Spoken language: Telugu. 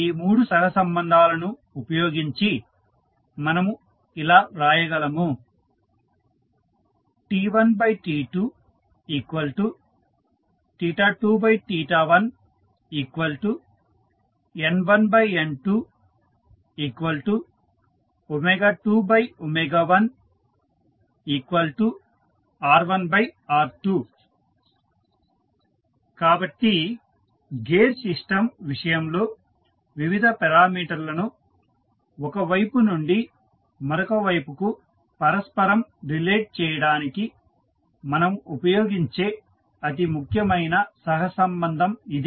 ఈ 3 సహసంబంధాలను ఉపయోగించి మనము ఇలా వ్రాయగలము T1T221N1N221r1r2 కాబట్టి గేర్ సిస్టం విషయంలో వివిధ పెరామీటర్లను ఒక వైపు నుండి మరొక వైపుకు పరస్పరం రిలేట్ చేయడానికి మనము ఉపయోగించే అతి ముఖ్యమైన సహసంబంధం ఇది